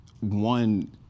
one